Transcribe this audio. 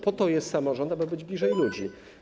Po to jest samorząd, aby być bliżej ludzi.